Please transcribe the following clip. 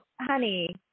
honey